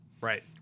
Right